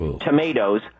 tomatoes